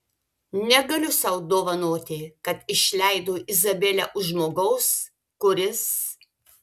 negaliu sau dovanoti kad išleidau izabelę už žmogaus kuris